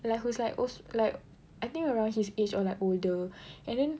like whose like also like I think around his age or like older and then